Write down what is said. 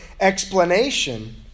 explanation